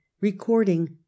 Recording